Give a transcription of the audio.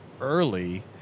early